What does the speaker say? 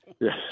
yes